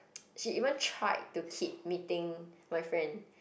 she even tried to keep meeting my friend